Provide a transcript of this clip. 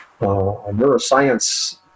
neuroscience